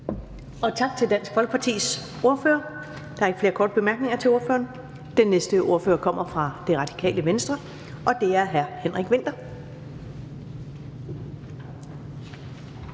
Tak til Dansk Folkepartis ordfører. Der er ikke flere korte bemærkninger til ordføreren. Den næste ordfører kommer fra Det Radikale Venstre, og det er hr. Henrik Vinther.